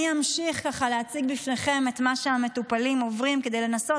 אני אמשיך ככה להציג בפניכם את מה שהמטופלים עוברים כדי לנסות,